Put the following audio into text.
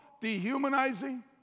dehumanizing